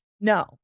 No